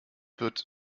wird